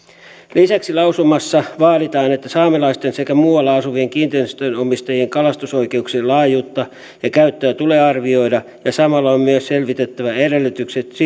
lisäksi lausumassa vaaditaan että saamelaisten sekä muualla asuvien kiinteistönomistajien kalastusoikeuksien laajuutta ja käyttöä tulee arvioida ja samalla on myös selvitettävä edellytykset siirtymiselle